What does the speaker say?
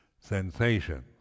sensations